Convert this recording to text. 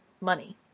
money